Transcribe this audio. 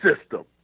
system